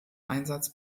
einsatz